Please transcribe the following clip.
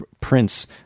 prince